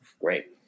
great